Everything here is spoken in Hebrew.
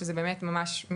שהנושא הזה באמת מתפוצץ.